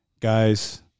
guys